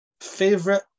favorite